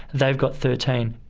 they've got thirteen.